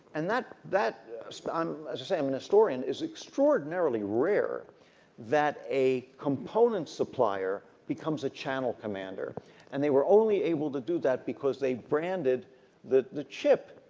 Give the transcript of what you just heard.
and that that um as as a um and historian, it is extraordinarily rare that a component supplier but comes a channel commander and they were only able to do that because they branded the the chip,